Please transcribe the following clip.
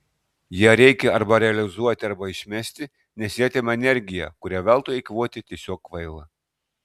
ją reikia arba realizuoti arba išmesti nes ji atima energiją kurią veltui eikvoti tiesiog kvaila